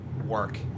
Work